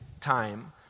time